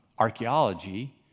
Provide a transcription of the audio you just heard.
Archaeology